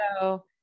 so-